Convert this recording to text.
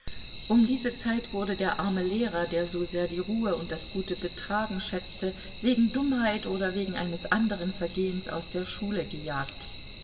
um diese zeit wurde der arme lehrer der so sehr die ruhe und das gute betragen schätzte wegen dummheit oder wegen eines anderen vergehens aus der schule gejagt